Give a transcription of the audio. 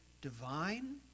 divine